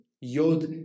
Yod